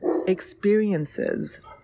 experiences